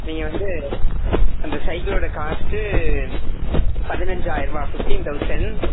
நீங்கள் வந்து அந்த சைக்கிளோட காஸ்ட்டு பதினைஞ்சாயிர ருபா பிஃப்டீன் தௌசண்ட்